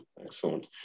Excellent